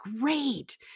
Great